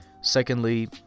Secondly